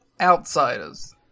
Outsiders